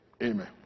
Amen